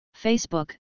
Facebook